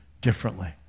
differently